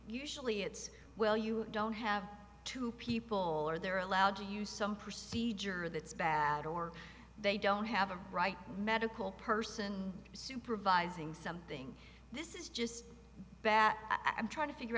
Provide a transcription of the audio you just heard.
usually it's well you don't have to people are they're allowed to use some procedure that's bad or they don't have a right medical person supervising something this is just bad i'm trying to figure